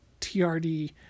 trd